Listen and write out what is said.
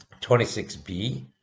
26b